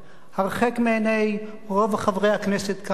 הרחק מעיני רוב חברי הכנסת כאן,